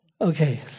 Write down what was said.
Okay